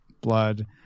blood